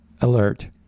alert